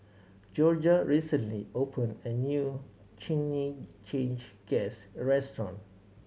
Jorja recently opened a new Chimichangas restaurant